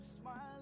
smile